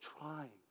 trying